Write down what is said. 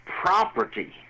property